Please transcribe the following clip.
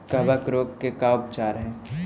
कबक रोग के का उपचार है?